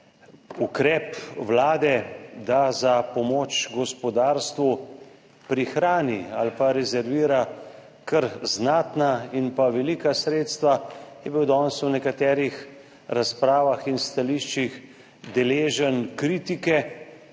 ukrep Vlade, da za pomoč gospodarstvu prihrani ali rezervira kar znatna in velika sredstva, je bil danes v nekaterih razpravah in stališčih deležen kritike.